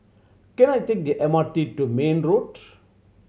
can I take the M R T to Mayne Road